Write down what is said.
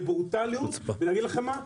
זה ברוטליות ואני אגיד לך מה,